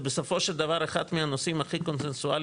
זה בסופו של דבר אחד מהנושאים הכי קונצנזואליים